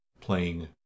playing